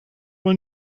wohl